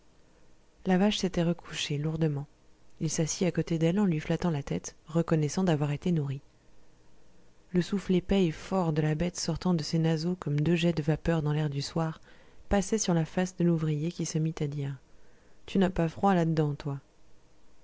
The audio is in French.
la vache s'était recouchée lourdement il s'assit à côté d'elle en lui flattant la tête reconnaissant d'avoir été nourri le souffle épais et fort de la bête sortant de ses naseaux comme deux jets de vapeur dans l'air du soir passait sur la face de l'ouvrier qui se mit à dire tu n'as pas froid là-dedans toi